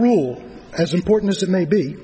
rule as important as it may be